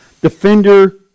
Defender